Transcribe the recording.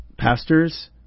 Pastors